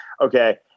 okay